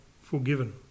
forgiven